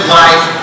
life